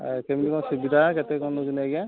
ଆଉ କେମିତି କଣ ସୁବିଧା କେତେ କଣ ନେଉଛନ୍ତି ଆଜ୍ଞା